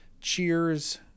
Cheers